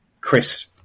Chris